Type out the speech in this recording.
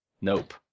Nope